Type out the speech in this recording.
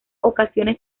ocasiones